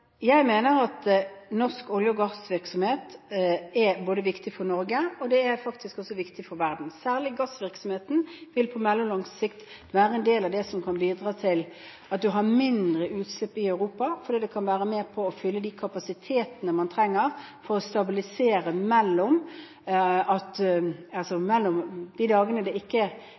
Jeg mener at norsk olje- og gassvirksomhet er viktig for Norge og faktisk også for verden. Særlig gassvirksomheten vil på mellomlang sikt være en del av det som kan bidra til mindre utslipp i Europa, fordi det kan være med og fylle de kapasitetene man trenger for å stabilisere opp mot de dagene det ikke